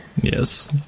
Yes